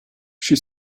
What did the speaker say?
she